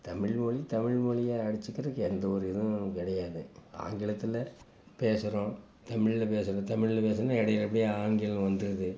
தமிழ் மொழி தமிழ் மொழிய அடிச்சுக்கிறக்கு எந்த ஒரு இதுவும் கிடையாது ஆங்கிலத்தில் பேசுகிறோம் தமிழ்ல பேசணும் தமிழ்ல பேசினா இடையில அப்படியே ஆங்கிலம் வந்துடுது